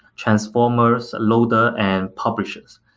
transformers, loader and publishers.